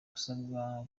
usabwa